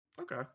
Okay